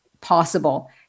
possible